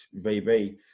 VB